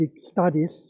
studies